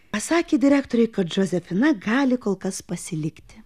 pasakė direktoriui kad džozefina gali kol kas pasilikti